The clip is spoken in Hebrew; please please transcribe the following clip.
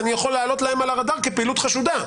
אני יכול לעלות להם על הרדאר כפעילות חשודה.